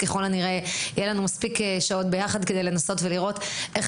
ככל הנראה יהיו לנו מספיק שעות ביחד כדי לנסות לראות איך